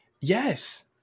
Yes